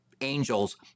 angels